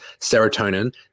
serotonin